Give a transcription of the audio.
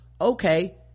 Okay